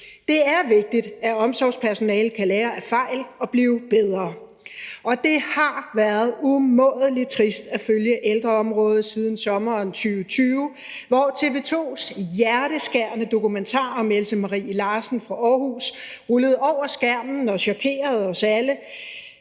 Det er vigtigt, at omsorgspersonalet kan lære af fejl og blive bedre, og det har været umådelig trist at følge ældreområdet siden sommeren 2020, hvor TV 2's hjerteskærende dokumentar med Else Marie Larsen fra Aarhus rullede over skærmen og chokerede os alle,